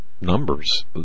numbers